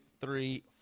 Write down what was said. three